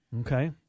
Okay